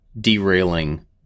derailing